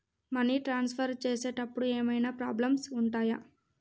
Money transfer చేసేటప్పుడు ఏమైనా problems ఉంటయా?